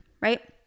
right